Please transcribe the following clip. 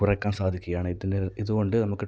കുറയ്ക്കാൻ സാധിക്കുകയാണ് ഇതിൻ്റെ ഇതുകൊണ്ട് നമുക്ക്